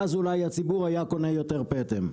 ואז אולי הציבור היה קונה יותר פטם.